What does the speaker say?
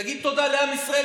תגיד תודה לעם ישראל,